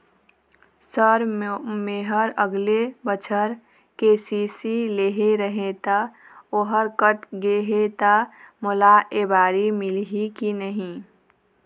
Sir मेहर अगले बछर के.सी.सी लेहे रहें ता ओहर कट गे हे ता मोला एबारी मिलही की नहीं?